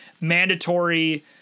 mandatory